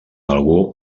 algú